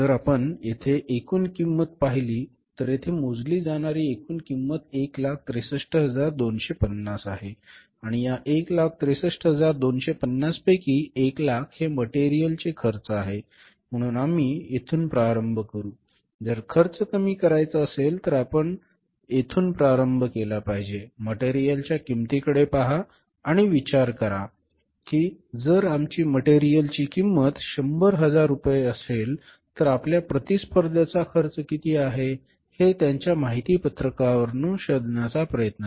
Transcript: जर आपण येथे एकूण किंमत पाहिली तर येथे मोजली जाणारी एकूण किंमत 163250 आहे आणि या 163250 पैकी 100000 हे मटेरियल चे खर्च आहे म्हणून आम्ही येथून प्रारंभ करू जर खर्च कमी करायचा असेल तर आपण येथून प्रारंभ केला पाहिजे मटेरियल च्या किमतीकडे पहा आणि विचार करा की जर आमची मटेरियलची किंमत शंभर हजार रुपये असेल तर आपल्या प्रतिस्पर्ध्यांचा खर्च किती आहे हे त्यांच्या माहिती पत्रकावरून शोधण्याचा प्रयत्न करा